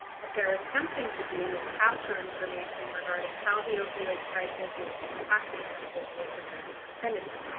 what they're attempting to do is capture information regarding how the opioid crisis is impacting individuals in their vicinity.